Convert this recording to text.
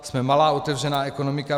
Jsme malá otevřená ekonomika.